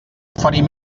oferir